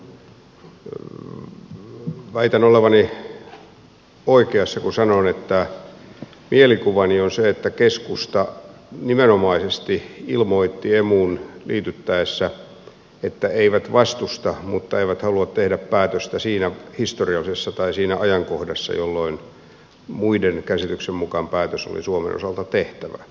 väitän olevani oikeassa kun sanon että mielikuvani on se että keskusta nimenomaisesti ilmoitti emuun liityttäessä että eivät vastusta mutta eivät halua tehdä päätöstä siinä ajankohdassa jolloin muiden käsityksen mukaan päätös oli suomen osalta tehtävä